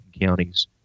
counties